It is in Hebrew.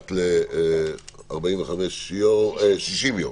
אחת ל-60 יום,